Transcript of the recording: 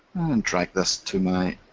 and drag this to my